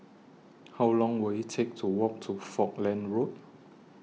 How Long Will IT Take to Walk to Falkland Road